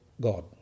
God